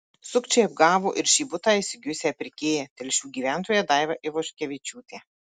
sukčiai apgavo ir šį butą įsigijusią pirkėją telšių gyventoją daivą ivoškevičiūtę